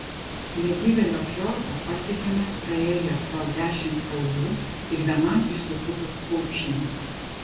negyvėlio fjordą pasiekėme praėję pro dešimt kalvų ir vienam išsisukus kulkšnį